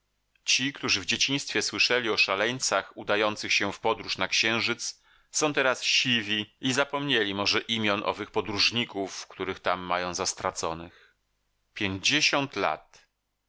ci którzy w dzieciństwie słyszeli o szaleńcach udających się w podróż na księżyc są teraz siwi i zapomnieli może imion owych podróżników których tam mają za straconych pięćdziesiąt lat